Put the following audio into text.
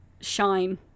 shine